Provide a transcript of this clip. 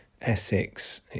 Essex